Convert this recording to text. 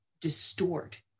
distort